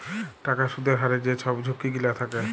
টাকার সুদের হারের যে ছব ঝুঁকি গিলা থ্যাকে